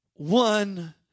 One